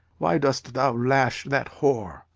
why dost thou lash that whore?